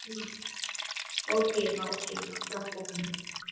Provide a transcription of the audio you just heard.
ஆ ஓகேங்க ஓகேங்க அப்புறம்